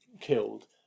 killed